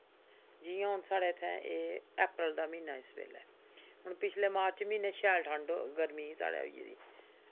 जि'यां हुन साढ़ै इत्थै एह् ऐप्रेल दा म्हीना ऐ इस बेल्लै हुन पिछले मार्च म्हीनै शैल ठंड गर्मी ही साढ़े होई गेदी